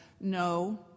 no